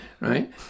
right